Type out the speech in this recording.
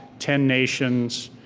ten nations,